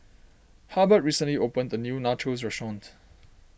Hubbard recently opened a new Nachos restaurant